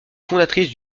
fondatrices